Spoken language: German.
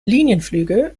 linienflüge